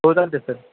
होतातं sir